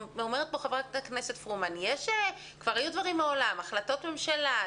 אומרת פה חברת הכנסת פרומן: כבר היו דברים מעולם החלטות ממשלה,